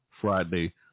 Friday